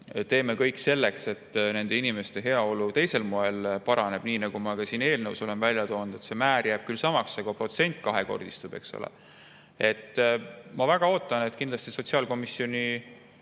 teeme kõik selleks, et nende inimeste heaolu teisel moel paraneb. Nagu ma ka siin eelnõus olen välja toonud, et see määr jääb küll samaks, aga protsent kahekordistub, eks ole. Ma väga ootan, et sotsiaalkomisjoni